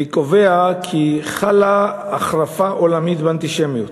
קובע כי חלה החרפה עולמית באנטישמיות.